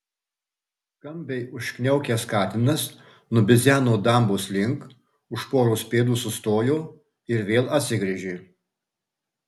skambiai užkniaukęs katinas nubidzeno dambos link už poros pėdų sustojo ir vėl atsigręžė